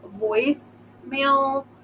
voicemail